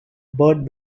bird